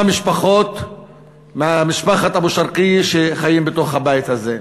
משפחות ממשפחת אבו שרקיה שחיים בתוך הבית הזה.